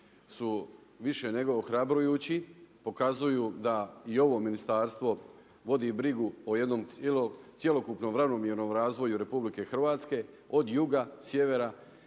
su više nego ohrabrujući, pokazuju da i ovo ministarstvo vodi brigu o jednom cjelokupnom ravnomjernom radu Republike Hrvatske od juga, sjevera,